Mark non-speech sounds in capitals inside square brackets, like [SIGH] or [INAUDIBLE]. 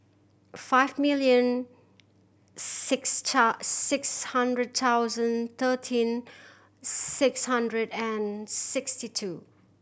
five million six [UNINTELLIGIBLE] six hundred thousand thirteen six hundred and sixty two